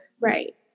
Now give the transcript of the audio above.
Right